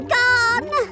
gone